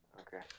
Okay